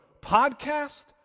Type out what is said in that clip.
podcast